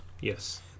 Yes